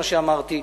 מה שאמרתי.